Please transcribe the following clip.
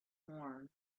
horn